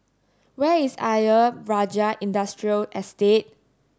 where is Ayer Rajah Industrial